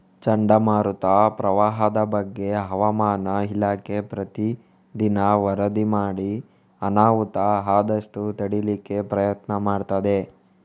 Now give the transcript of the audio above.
ಚಂಡಮಾರುತ, ಪ್ರವಾಹದ ಬಗ್ಗೆ ಹವಾಮಾನ ಇಲಾಖೆ ಪ್ರತೀ ದಿನ ವರದಿ ಮಾಡಿ ಅನಾಹುತ ಆದಷ್ಟು ತಡೀಲಿಕ್ಕೆ ಪ್ರಯತ್ನ ಮಾಡ್ತದೆ